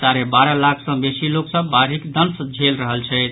साढ़े बारह लाख सॅ बेसी लोक सभ बाढ़िक दंश झेल रहल छथि